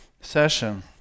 session